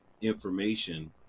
information